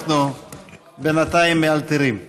אנחנו בינתיים מאלתרים.